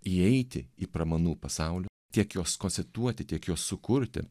įeiti į pramanų pasaulį tiek juos konstituoti tiek juos sukurti